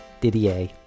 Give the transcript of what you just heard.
Didier